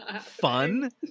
fun